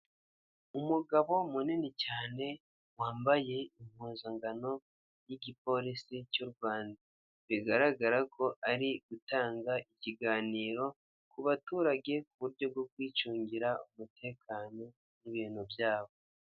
Umugabo munini cyane wambaye impuzankano y'igipolisi cy'u Rwanda bigaragara ko ari gutanga ikiganiro ku baturage ku buryo bwo kwicungira umutekano n'ibintu byabo.